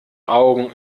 augen